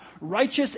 Righteous